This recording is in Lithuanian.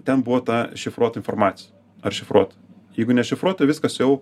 ten buvo ta šifruota informacija ar šifruota jeigu nešifruota viskas jau